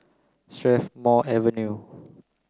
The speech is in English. Strathmore Avenue